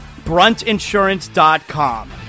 Bruntinsurance.com